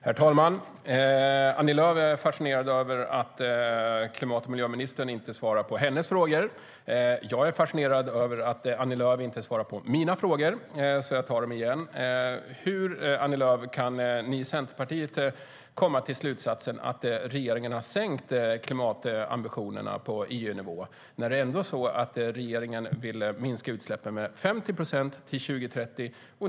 Herr talman! Annie Lööf är fascinerad över att klimat och miljöministern inte svarar på hennes frågor. Jag är fascinerad över att Annie Lööf inte svarar på mina frågor, så jag tar dem igen. Hur, Annie Lööf, kan ni i Centerpartiet komma till slutsatsen att regeringen har sänkt klimatambitionerna på EU-nivå? Regeringen vill minska utsläppen med 50 procent till 2030.